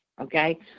okay